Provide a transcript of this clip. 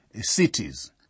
cities